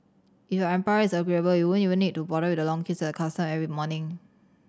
if your employer is agreeable you won't even need to bother with the long queues at the customs every morning